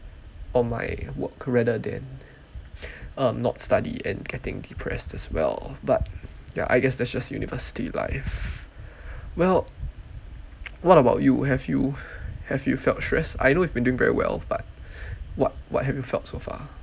on my work rather than um not study and getting depressed as well but ya I guess that's just university life well what about you have you have you felt stressed I know you've been doing very well but what what have you felt so far